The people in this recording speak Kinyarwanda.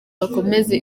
bakomeze